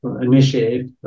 initiative